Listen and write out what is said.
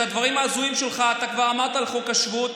את הדברים ההזויים שלך אתה כבר אמרת על חוק השבות.